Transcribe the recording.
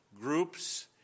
groups